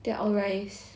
they're all rice